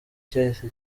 cyahise